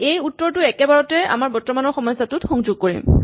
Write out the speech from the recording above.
আৰু সেই উত্তৰটো একেবাৰতে আমাৰ বৰ্তমানৰ সমস্যাটোত সংযোগ কৰিম